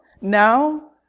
now